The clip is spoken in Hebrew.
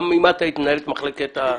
גם אם את היית מחלקת הגנים,